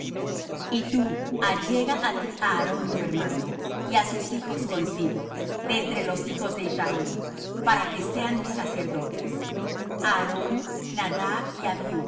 y tu allega á ti á aarón tu hermano y á sus hijos consigo de entre los hijos de israel para que sean mis sacerdotes á aarón nadab y